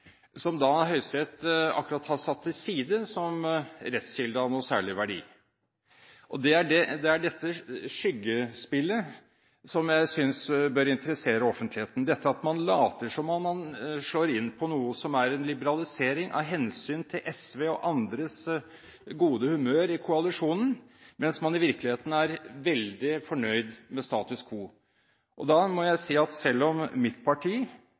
som Høyesterett akkurat har satt til side som rettskilde av noen særlig verdi. Det er dette skyggespillet jeg synes bør interessere offentligheten – dette at man later som om man slår inn på noe som er en liberalisering, av hensyn til SVs og andres gode humør i koalisjonen, mens man i virkeligheten er veldig fornøyd med status quo. Da må jeg si at selv om mitt parti